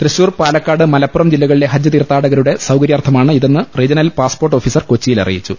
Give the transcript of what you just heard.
തൃശൂർ പാലക്കാട് മലപ്പുറം ജില്ലകളിലെ ഹജ്ജ് തീർത്ഥാടകരുടെ സൌകര്യാർത്ഥമാണ് ഇതെന്ന് റീജണൽ പാസ്പോർട്ട് ഓഫീസർ കൊച്ചിയിൽ അറിയിച്ചു